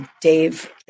Dave